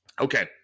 Okay